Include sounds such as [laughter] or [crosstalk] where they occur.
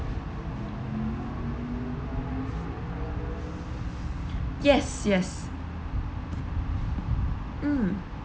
[breath] yes yes mm